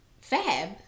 Fab